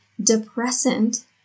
depressant